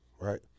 right